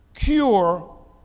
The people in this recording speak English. Cure